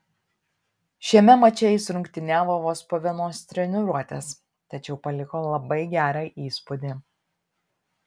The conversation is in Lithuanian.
šiame mače jis rungtyniavo vos po vienos treniruotės tačiau paliko labai gerą įspūdį